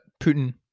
Putin